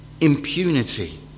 Impunity